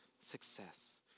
success